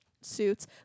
suits